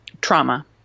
trauma